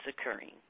occurring